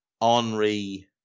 Henri